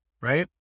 Right